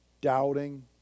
doubting